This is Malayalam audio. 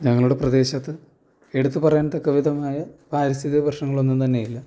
ഞങ്ങളുടെ പ്രദേശത്ത് എടുത്ത് പറയാൻ തക്ക വിധമായ പാരിസ്ഥിതിക പ്രശ്നങ്ങളൊന്നും തന്നെ ഇല്ല